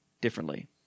differently